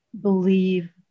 believe